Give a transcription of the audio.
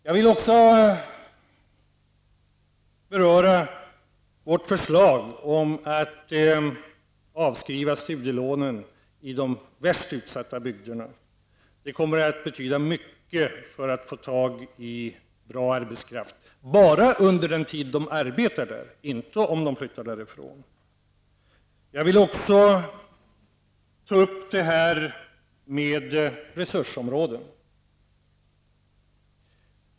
Jag vill också beröra vårt förslag om att avskriva studielånen när det gäller personer som bor i de värst utsatta bygderna. Det kommer att betyda mycket för att man skall kunna få tag i bra arbetskraft. Den temporära avskrivningen skulle gälla under den tid vederbörande arbetar där, inte sedan man flyttat därifrån. Jag vill också ta upp frågan om resursområden.